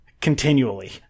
continually